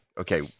Okay